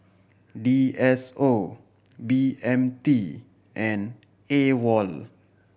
D S O B M T and AWOL